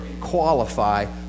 qualify